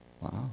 Wow